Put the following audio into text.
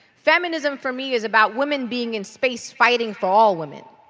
feminism for me is about women being in space fighting for all women.